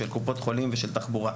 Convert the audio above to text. של קופות חולים ושל תחבורה.